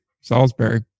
Salisbury